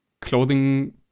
clothing